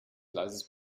gleises